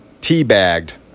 teabagged